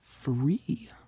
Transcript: Free